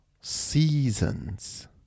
seasons